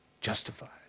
Justified